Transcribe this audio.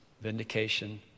vindication